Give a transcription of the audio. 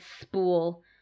spool